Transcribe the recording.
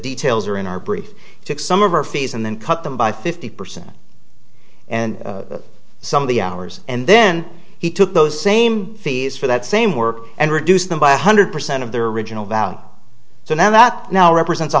details are in our brief took some of our fees and then cut them by fifty percent and some of the hours and then he took those same fees for that same work and reduced them by one hundred percent of their original value so now that now represents